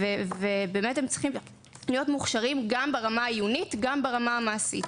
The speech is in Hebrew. הם צריכים להיות מוכשרים גם ברמה העיונית וגם ברמה המעשית.